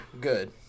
good